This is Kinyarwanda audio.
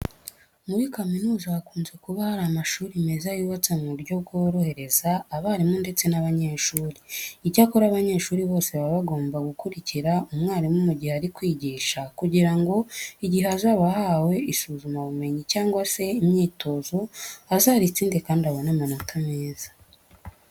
Muri kaminuza hakunze kuba hari amashuri meza yubatse mu buryo bworohereza abarimu ndetse n'abanyeshuri. Icyakora abanyeshuri bose baba bagomba gukurikira umwarimu mu gihe ari kwigisha kugira ngo igihe azaba ahawe isuzumabumenyi cyangwa se imyitozo azaritsinde kandi abone n'amanota meza.